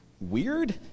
Weird